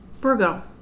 Virgo